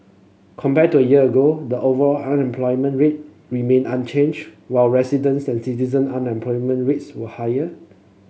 compared to year ago the overall unemployment rate remained unchanged while resident and citizen unemployment rates were higher